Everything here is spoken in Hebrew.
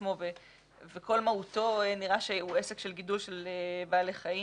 עצמו וכל מהותו נראה שהוא עסק של גידול של בעלי חיים,